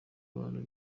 abantu